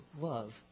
love